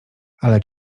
ale